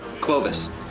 Clovis